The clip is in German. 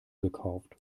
gekauft